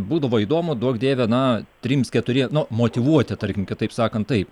būdavo įdomu duok dieve na trims keturie nu motyvuoti tarkim kitaip sakant taip